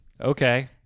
Okay